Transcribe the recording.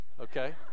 okay